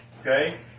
Okay